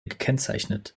gekennzeichnet